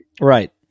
Right